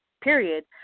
period